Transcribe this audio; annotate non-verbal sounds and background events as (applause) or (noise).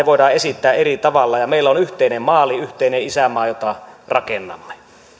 (unintelligible) voidaan esittää eri tavalla ja meillä on yhteinen maali yhteinen isänmaa jota rakennamme